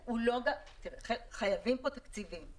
חייבים פה תקציבים,